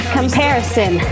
Comparison